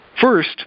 First